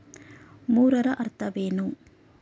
ಮೂರರ ಅರ್ಥವೇನು?